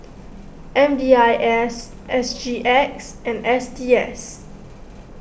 M D I S S G X and S T S